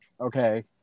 okay